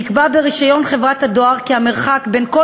נקבע ברישיון חברת הדואר כי המרחק בין כל